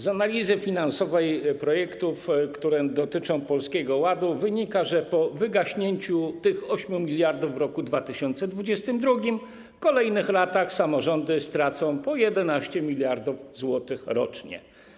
Z analizy finansowej projektów, które dotyczą Polskiego Ładu, wynika, że po wygaśnięciu tych 8 mld w roku 2022 w kolejnych latach samorządy stracą po 11 mld zł rocznie.